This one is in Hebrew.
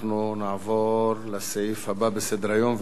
אנחנו נעבור לסעיף הבא בסדר-היום,